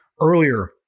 earlier